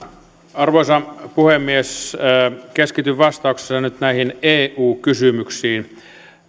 arvoisa puhemies keskityn vastauksessani nyt näihin eu kysymyksiin